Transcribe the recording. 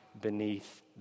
beneath